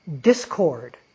discord